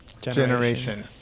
Generation